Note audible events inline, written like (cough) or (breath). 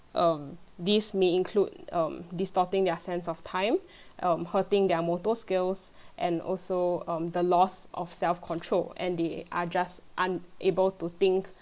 um this may include um distorting their sense of time (breath) um hurting their motor skills (breath) and also um the loss of self control and they are just unable to think